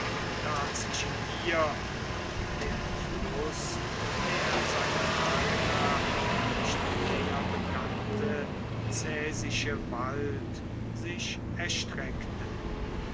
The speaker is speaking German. dazwischen ihr und dem fluß der seiner lage nach nicht näher bekannte caesische wald sich erstreckte